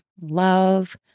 love